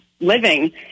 living